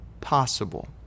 possible